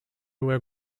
were